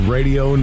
Radio